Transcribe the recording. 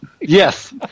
Yes